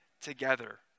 together